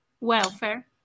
welfare